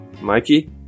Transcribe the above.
Mikey